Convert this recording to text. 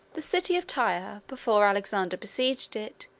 the city of tyre, before alexander besieged it,